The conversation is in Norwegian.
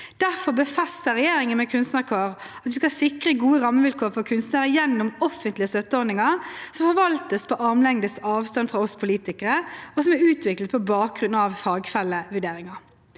med stortingsmeldingen om kunstnerkår at vi skal sikre gode rammevilkår for kunstnere gjennom offentlige støtteordninger som forvaltes på armlengdes avstand fra oss politikere, og som er utviklet på bakgrunn av fagfellevurderinger.